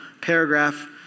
paragraph